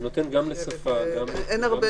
זה נותן גם לשפה, גם לדרכים.